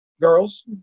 girls